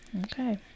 Okay